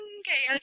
okay